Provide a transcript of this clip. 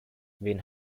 wen